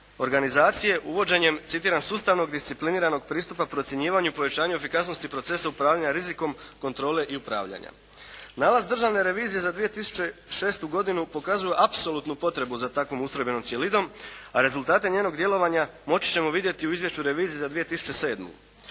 organizacije uvođenjem citiram: “sustavnog, discipliniranog pristupa procjenjivanju i povećanju efikasnosti procesa upravljanja rizikom, kontrole i upravljanja.“ Nalaz Državne revizije za 2006. godinu pokazuje apsolutnu potrebu za takvom ustrojbenom cjelinom, a rezultate njenog djelovanja moći ćemo vidjeti u izvješću revizije za 2007. Problem